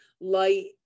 light